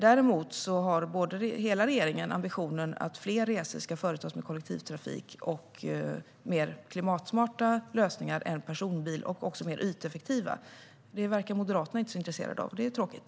Däremot har hela regeringen ambitionen att fler resor ska företas med kollektivtrafik och med mer klimatsmarta och även mer yteffektiva lösningar än personbil. Det verkar Moderaterna inte så intresserade av, och det är tråkigt.